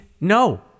no